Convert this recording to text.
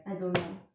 I don't know